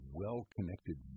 well-connected